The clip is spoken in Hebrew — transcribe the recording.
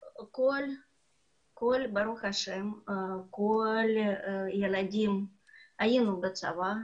ברוך השם כל הילדים היו בצבא,